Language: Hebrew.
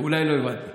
אולי לא הבנת.